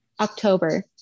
October